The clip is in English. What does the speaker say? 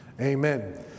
Amen